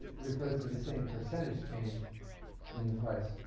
refers to the same percentage change in the price.